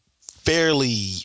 fairly